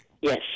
Yes